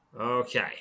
Okay